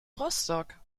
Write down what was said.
rostock